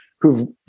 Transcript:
who've